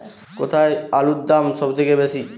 কোথায় আলুর দাম সবথেকে বেশি?